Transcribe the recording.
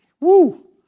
Woo